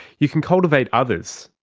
you can cultivate others.